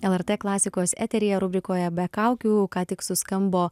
lrt klasikos eteryje rubrikoje be kaukių ką tik suskambo